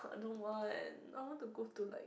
I don't want I want to go to like